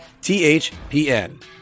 THPN